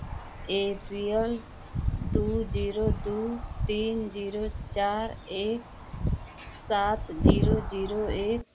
ए P L दो zero दो तीन ज़ीरो चार एक सात ज़ीरो ज़ीरो एक